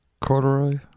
corduroy